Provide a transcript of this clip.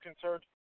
concerned